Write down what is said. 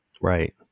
Right